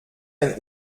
ein